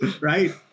Right